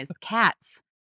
cats